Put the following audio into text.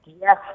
Yes